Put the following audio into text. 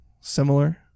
similar